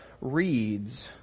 reads